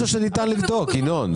אבל זה משהו שניתן לבדוק, ינון.